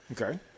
Okay